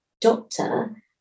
doctor